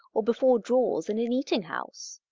or before drawers in an eating-house.